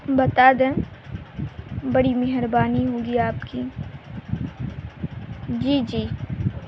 بتا دیں بڑی مہربانی ہوگی آپ کی جی جی